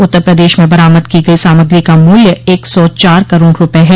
उत्तर प्रदेश में बरामद की गई सामग्री का मूल्य एक सौ चार करोड़ रुपये है